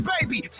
Baby